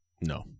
No